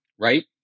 right